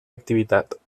activitat